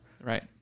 Right